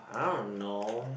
I don't know